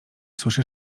słyszy